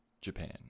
Japan